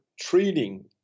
treating